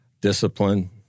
discipline